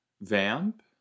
vamp